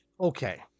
okay